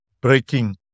breaking